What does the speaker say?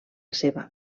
seva